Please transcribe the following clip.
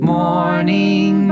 morning